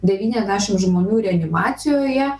devyniasdešim žmonių reanimacijoje